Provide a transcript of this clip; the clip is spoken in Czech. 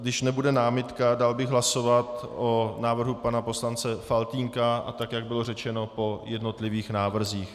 Když nebude námitka, dal bych hlasovat o návrhu pana poslance Faltýnka, a tak jak bylo řečeno, po jednotlivých návrzích.